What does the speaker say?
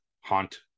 haunt